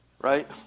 Right